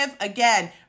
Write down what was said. Again